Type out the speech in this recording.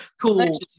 cool